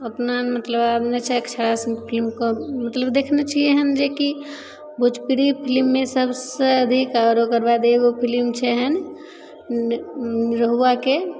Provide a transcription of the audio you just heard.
ओतना मतलब आब नहि छै अक्षरा सिंहके मतलब देखले छिए हँ जेकि भोजपुरी फिलिममे सबसे अधिक आओर ओकर बाद एगो फिलिम छै हँ निरहुआके